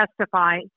testify